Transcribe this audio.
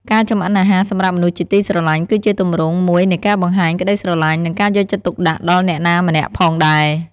ការចម្អិនអាហារសម្រាប់មនុស្សជាទីស្រឡាញ់គឺជាទម្រង់មួយនៃការបង្ហាញក្ដីស្រឡាញ់ និងការយកចិត្តទុកដាក់ដល់អ្នកណាម្នាក់ផងដែរ ។